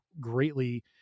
greatly